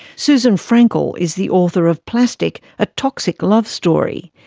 susan freinkel is the author of plastic a toxic love story.